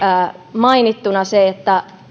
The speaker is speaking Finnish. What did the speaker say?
mainittuna se että